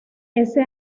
ese